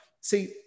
see